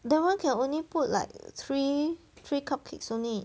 that [one] can only put like three three cupcakes only